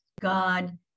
God